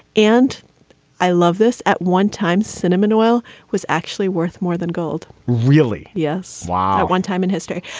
and i love this. at one time, cinnamon oil was actually worth more than gold really? yes. why? one time in history.